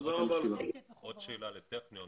עוד שאלה לטכניון,